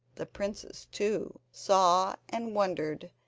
the princess too saw and wondered,